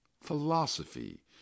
philosophy